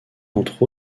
entre